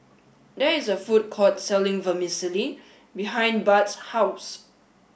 there is a food court selling Vermicelli behind Budd's house